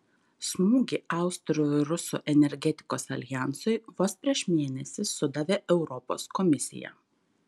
smūgį austrų ir rusų energetikos aljansui vos prieš mėnesį sudavė europos komisija